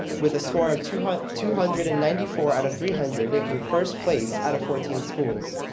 with a score of two hundred two hundred and ninety four out of three hundred, ranking first place out of fourteen schools.